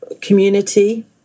community